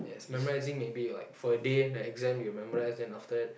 memorizing maybe you like per day the exam you memorize then after that